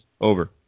over